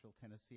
Tennessee